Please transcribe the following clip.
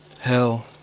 hell